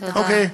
תודה.